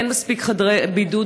אין מספיק חדרי בידוד,